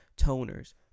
toners